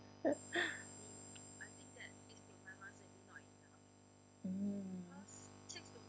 mm